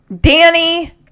Danny